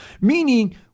meaning